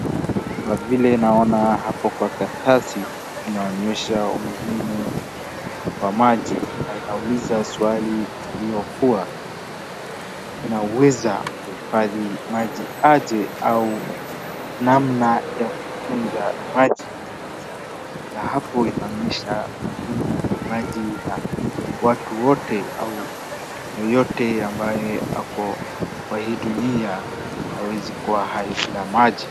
Kwa vile naona hapo kwa karatasi inaonyesha umuhimu wa maji na inauliza swali iliyokuwa, tunaweza kuhifadhi maji aje au namna ya kutunza maji, na hapo inaonyesha uzuri wa maji na watu wote au yeyote ambaye ako kwa hii dunia hawezi kuwa hai bila maji.